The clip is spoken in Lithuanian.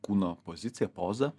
kūno pozicija poza